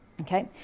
okay